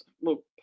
Look